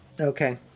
Okay